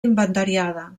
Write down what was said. inventariada